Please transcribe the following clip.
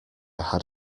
had